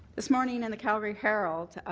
this morning in and the calgary herald,